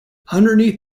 underneath